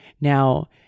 Now